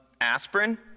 aspirin